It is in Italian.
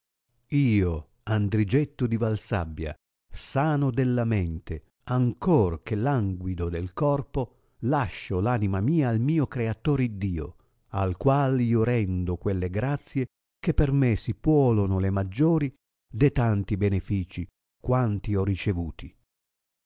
io andrigetto di valsabbia sano della mente ancor che languido del corpo lascio l anima mia al mio creator iddio al qual io rendo quelle grazie che per me si puolono le maggiori de tanti benefici quanti ho ricevuti